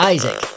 Isaac